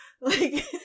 Like-